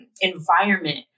environment